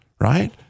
right